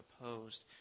opposed